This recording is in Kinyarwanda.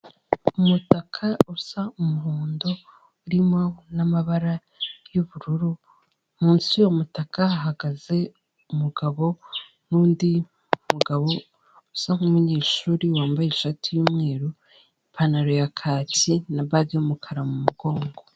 Umutaka usa umuhondo urimo n'amabara y'ubururu, munsi y'umutaka hahagaze umugabo n'undi mugabo usa nk'umunyeshuri wambaye ishati y'umweru, ipantaro ya kaki na bage y'umukara mu mugongo.